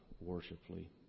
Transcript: worshipfully